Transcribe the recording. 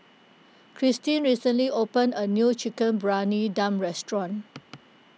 Christeen recently opened a new Chicken Briyani Dum restaurant